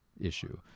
issue